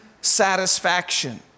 satisfaction